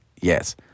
Yes